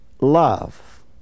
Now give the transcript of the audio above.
love